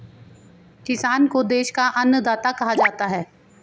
किसान को देश का अन्नदाता कहा जाता है